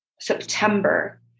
September